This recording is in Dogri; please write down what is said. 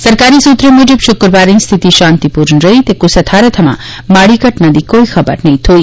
सरकारी सूत्रें म्जब शुक्रवारें स्थिति शांतिपूर्ण रेई ते कुसै थाहरै थमां माड़ी घटना दी कोई खबर नेंई थोई